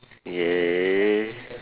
yeah